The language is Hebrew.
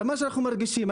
אנחנו מרגישים,